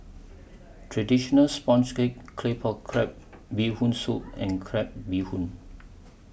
Traditional Sponges Cake Claypot Crab Bee Hoon Soup and Crab Bee Hoon